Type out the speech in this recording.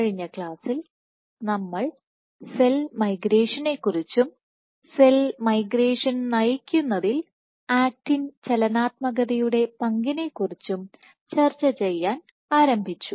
കഴിഞ്ഞ ക്ലാസ്സിൽ നമ്മൾ സെൽ മൈഗ്രേഷനെക്കുറിച്ചും സെൽ മൈഗ്രേഷൻ നയിക്കുന്നതിൽ ആക്റ്റിൻ ചലനാത്മകതയുടെ പങ്കിനെക്കുറിച്ചും ചർച്ചചെയ്യാൻ ആരംഭിച്ചു